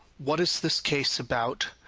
what is this case about,